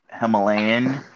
Himalayan